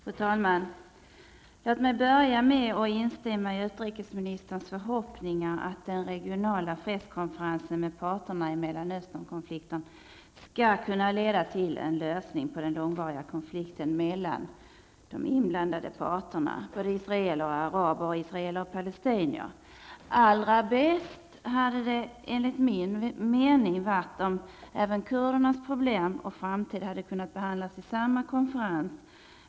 Fru talman! Låt mig börja med att instämma i vad utrikesministern sade när hon uttryckte förhoppningar om att den regionala fredskonferensen med parterna i Mellanösternkonflikten skall kunna leda till en lösning på den långvariga konflikten mellan inblandade parter -- såväl israeler och araber som israeler och palestinier. Allra bäst hade det enligt min mening varit om även kurdernas problem och framtid hade kunnat behandlas vid samma konferens.